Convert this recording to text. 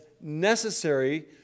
necessary